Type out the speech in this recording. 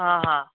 हा हा